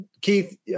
Keith